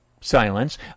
silence